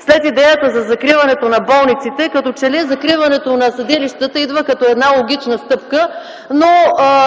след идеята за закриването на болниците, като че ли закриването на съдилищата идва като една логична стъпка, но